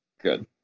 good